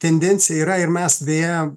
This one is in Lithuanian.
tendencija yra ir mes beje